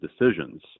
decisions